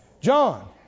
John